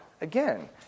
Again